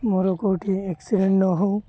ମୋର କେଉଁଠି ଆକ୍ସିଡେଣ୍ଟ ନ ହଉ